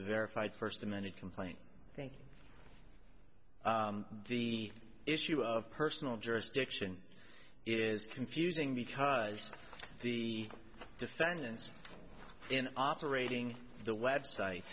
verified first amended complaint thank you the issue of personal jurisdiction is confusing because the defendants in operating the website